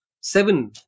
seven